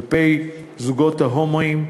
כלפי זוגות ההומואים,